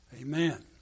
Amen